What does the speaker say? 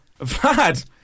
Vlad